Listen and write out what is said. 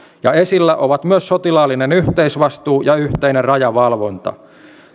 ja esillä ovat myös sotilaallinen yhteisvastuu ja yhteinen rajavalvonta